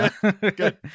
Good